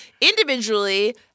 individually